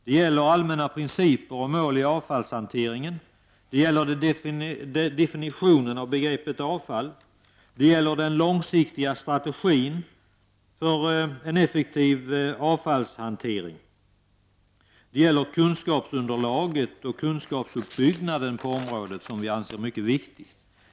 Det gäller allmänna principer och mål i avfallshanteringen, det gäller definitioner av begreppet avfall, det gäller den långsiktiga strategin för en effektiv avfallshantering, det gäller kunskapsunderlaget och kunskapsuppbyggnaden på området som vi anser är mycket viktig.